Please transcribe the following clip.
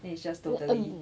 then it's just totally